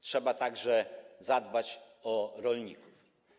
Trzeba także zadbać o rolników.